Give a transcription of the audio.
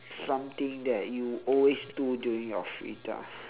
something that you always do during your free time